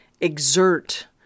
exert